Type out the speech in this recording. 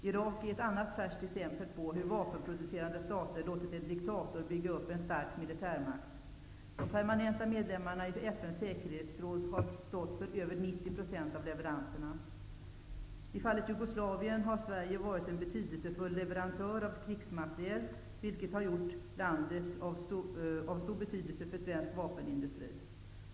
Irak är ett annat färskt exempel på hur vapenproducerande stater låtit en diktator bygga upp en stark militärmakt. De permanenta medlemmarna i FN:s säkerhetsråd har stått för över I fallet Jugoslavien har Sverige varit en betydelsefull leverantör av krigsmateriel, vilket har gjort landet av stor betydelse för svensk vapenindustri.